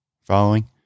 Following